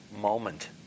moment